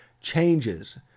changes